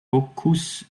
nachgewiesen